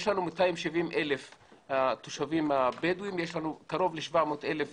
יש לנו 270,000 תושבים בדואים ויש לנו קרוב ל-700,000